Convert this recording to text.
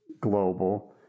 global